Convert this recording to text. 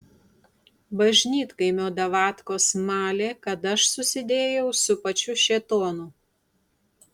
bažnytkaimio davatkos malė kad aš susidėjau su pačiu šėtonu